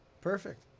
Perfect